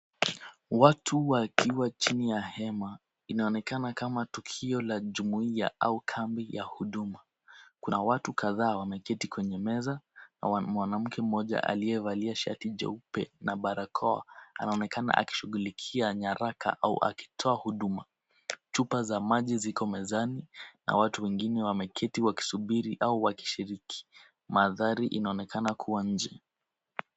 Watu wakiwa chini ya hema, inaonekana kama tukio la jumuia au kambi ya huduma. Kuna watu kadhaa wameketi kwenye meza na mwanamke mmoja aliyevalia shati jeupe na barakoa anaonekana akishughulikia nyaraka au akitoa huduma. Chupa za maji ziko mezani na watu wengine wameketi wakisubiri au wakishiriki. Mandhari inaonekana kuwa nje.